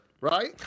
right